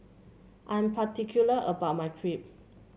I'm particular about my Crepe